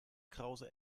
krause